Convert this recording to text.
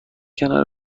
کنار